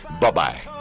Bye-bye